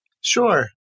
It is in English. Sure